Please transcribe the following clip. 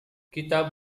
kita